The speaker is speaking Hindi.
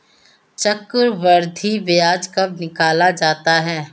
चक्रवर्धी ब्याज कब निकाला जाता है?